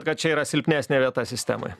kad čia yra silpnesnė vieta sistemoj